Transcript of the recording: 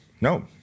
No